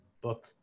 book